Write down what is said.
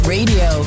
Radio